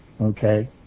okay